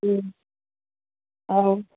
অঁ